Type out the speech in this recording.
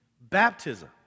Baptism